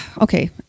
Okay